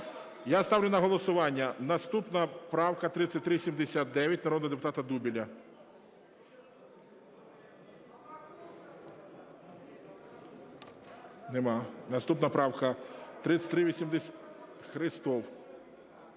Я ставлю на голосування... Наступна правка 3379 народного депутата Дубеля. Нема. Наступна правка 3380, Христов.